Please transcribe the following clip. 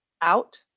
out